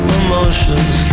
emotions